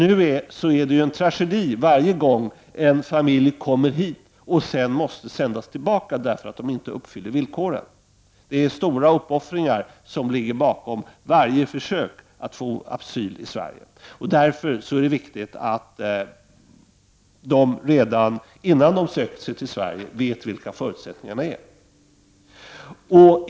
Nu är det ju en tragedi varje gång en familj kommer till Sverige och sedan måste sändas tillbaka på grund av att den inte uppfyller villkoren. Det är stora uppoffringar som ligger bakom varje försök att få asyl i Sverige. Därför är det viktigt att dessa människor, innan de söker sig till Sverige, vet vilka förutsättningarna är.